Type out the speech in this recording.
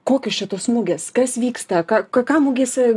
kokios čia tos mugės kas vyksta ką mugėse